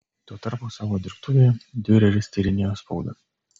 tuo tarpu savo dirbtuvėje diureris tyrinėjo spaudą